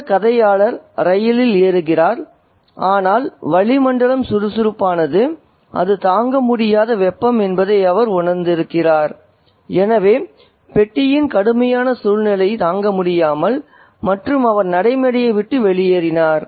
இந்த கதையாளர் ரயிலில் ஏறுகிறார் ஆனால் வளிமண்டலம் சுறுசுறுப்பானது அது தாங்கமுடியாத வெப்பம் என்பதை அவர் உணர்ந்திருக்கிறார் எனவே பெட்டியின் கடுமையான சூழ்நிலை தாங்கமுடியாமல் மற்றும் அவர் நடைமேடையை விட்டு வெளியேறினார்